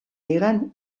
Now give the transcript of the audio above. ligan